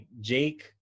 Jake